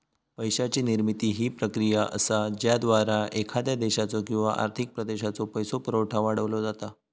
पैशाची निर्मिती ही प्रक्रिया असा ज्याद्वारा एखाद्या देशाचो किंवा आर्थिक प्रदेशाचो पैसो पुरवठा वाढवलो जाता